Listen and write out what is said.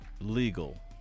legal